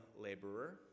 laborer